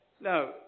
Now